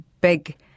big